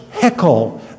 heckle